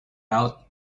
out